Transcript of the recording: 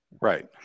right